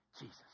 Jesus